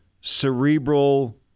cerebral